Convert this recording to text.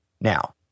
Now